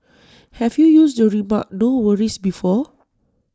have you used the remark no worries before